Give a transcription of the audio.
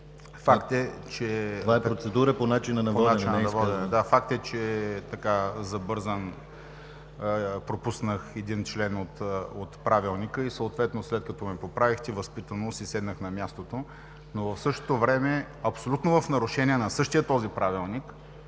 Това е процедура по начина на водене.